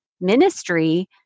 ministry